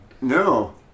No